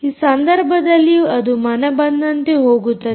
ಈ ಸಂದರ್ಭದಲ್ಲಿ ಅದು ಮನ ಬಂದಂತೆ ಹೋಗುತ್ತದೆ